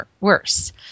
worse